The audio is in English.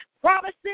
Promises